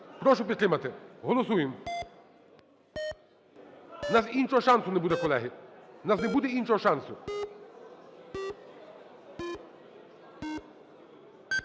прошу підтримати, голосуємо. В нас іншого шансу не буде, колеги, в нас не буде іншого шансу.